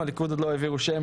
הליכוד עוד לא העבירו שם,